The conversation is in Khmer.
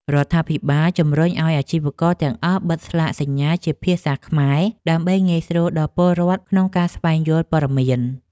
រដ្ឋាភិបាលបានជម្រុញឱ្យអាជីវករទាំងអស់បិទស្លាកសញ្ញាជាភាសាខ្មែរ ដើម្បីងាយស្រួលដល់ពលរដ្ឋក្នុងការស្វែងយល់ព័ត៌មាន។